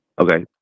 Okay